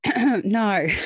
No